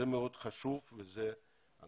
גם